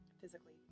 physically